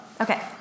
Okay